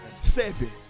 Seven